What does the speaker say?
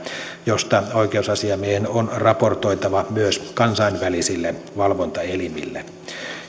josta oikeusasiamiehen on raportoitava myös kansainvälisille valvontaelimille tämä